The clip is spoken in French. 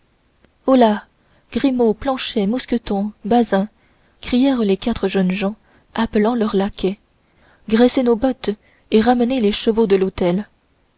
holà grimaud planchet mousqueton bazin crièrent les quatre jeunes gens appelant leurs laquais graissez nos bottes et ramenez les chevaux de l'hôtel